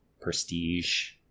prestige